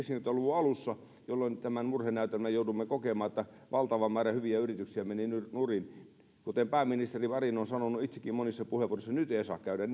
alusta jolloin tämän murhenäytelmän jouduimme kokemaan että valtava määrä hyviä yrityksiä meni nurin kuten pääministeri marin on sanonut itsekin monissa puheenvuoroissa nyt ei saa käydä